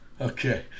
Okay